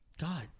God